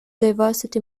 diversity